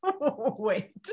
Wait